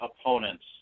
opponents